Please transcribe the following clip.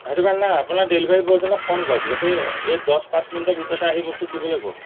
সেইটো কাৰণে নাই আপোনাৰ ডেলিভাৰী বয়জনক ফোন কৰক যাতে এই দহ পাঁচ মিনিটৰ ভিতৰতে আহি বস্তু দিবলৈ কওক